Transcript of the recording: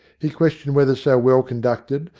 he questioned whether so well-conducted,